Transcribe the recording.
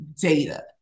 data